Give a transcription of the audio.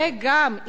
וגם,